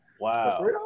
Wow